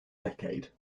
decade